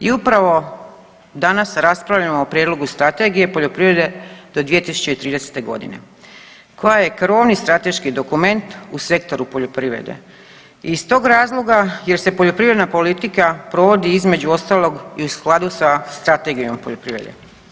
I upravo danas raspravljamo o Prijedlogu Strategije poljoprivrede do 2030.g. koja je krovni strateški dokument u sektoru poljoprivrede iz tog razloga jer se poljoprivredna politika provodi između ostalog i u skladu sa Strategijom poljoprivrede.